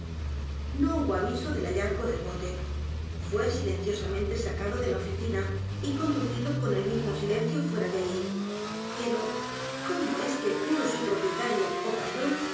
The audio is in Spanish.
no hubo aviso del hallazgo del bote f u é silenciosamente sacado de la oficina y conducido con el mismo silencio fuera de allí pero cómo es que pudo su p r o prietario ó patrón